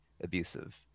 abusive